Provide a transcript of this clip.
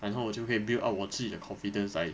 然后我就可以 build up 我自己的 confidence 来